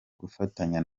gufatanya